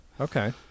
Okay